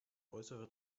äußere